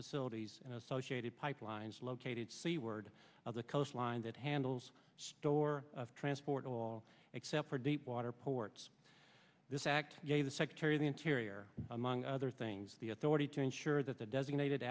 facilities and associated pipelines located seaward of the coastline that handles store transport all except for deepwater ports this gave the secretary of the interior among other things the authority to ensure that the designated